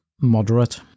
moderate